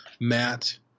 Matt